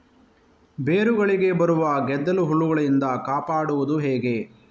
ಬೇರುಗಳಿಗೆ ಬರುವ ಗೆದ್ದಲು ಹುಳಗಳಿಂದ ಕಾಪಾಡುವುದು ಹೇಗೆ?